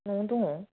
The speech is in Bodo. न'आवनो दङ